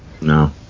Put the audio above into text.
no